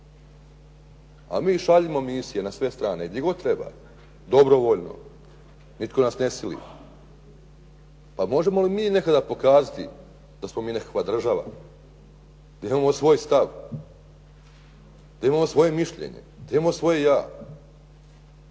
a mi šaljemo misije na sve strane, gdje god treba, dobrovoljno, nitko nas ne sili. Pa možemo li mi nekada pokazati da smo mi nekakva država, da imamo svoj stav, da imamo svoje mišljenje, da imamo svoje ja.